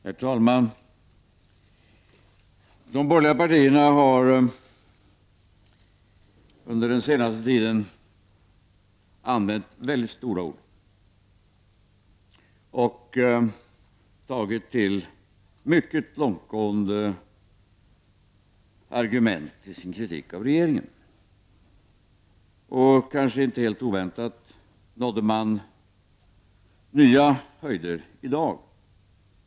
Herr talman! De borgerliga partierna har under den senaste tiden använt väldigt stora ord och tagit till mycket långtgående argument i sin kritik av regeringen. Kanske inte helt oväntat nådde man nya höjder i dag.